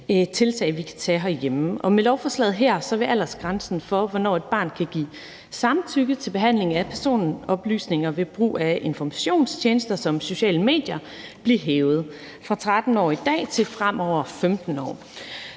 vi kan tage herhjemme, og med lovforslaget her vil aldersgrænsen for, hvornår et barn kan give samtykke til behandling af personoplysninger ved brug af informationstjenester som sociale medier, blive hævet fra 13 år i dag til fremover 15 år.